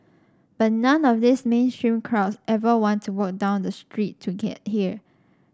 but none of those mainstream crowds ever want to walk down the street to get here